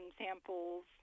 samples